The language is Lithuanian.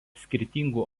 skirtingų